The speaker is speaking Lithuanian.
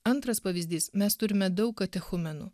antras pavyzdys mes turime daug katechumenų